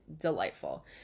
delightful